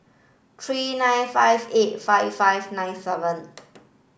three nine five eight five five nine seven